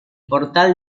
portal